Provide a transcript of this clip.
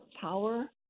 power